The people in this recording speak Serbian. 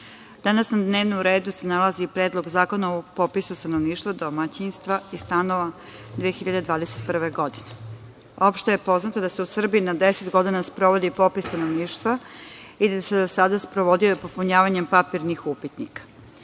danas na dnevnom redu se nalazi Predlog zakona o popisu stanovništva, domaćinstva i stanova 2021. godine. Opšte je poznato da se u Srbiji na 10 godina sprovodi popis stanovništva i da se do sada sprovodio popunjavanja papirnih upitnika.